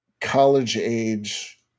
college-age